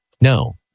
No